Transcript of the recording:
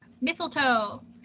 Mistletoe